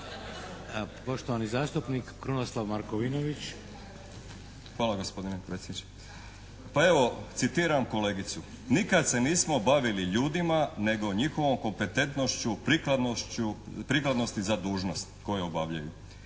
**Markovinović, Krunoslav (HDZ)** Hvala gospodine predsjedniče. Pa evo, citiram kolegicu: "… nikad se nismo bavili ljudima nego njihovom kompetentnošću, prikladnošću, prikladnosti za dužnost koju obavljaju."